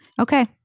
okay